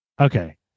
Okay